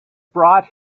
brought